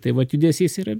tai vat judesys yra